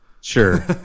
Sure